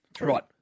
right